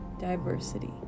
Diversity